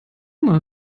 mal